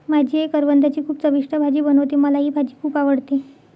माझी आई करवंदाची खूप चविष्ट भाजी बनवते, मला ही भाजी खुप आवडते